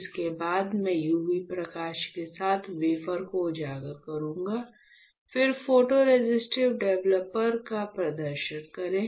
इसके बाद मैं यूवी प्रकाश के साथ वेफर को उजागर करूंगा फिर फोटोरेसिस्ट डेवलपर का प्रदर्शन करें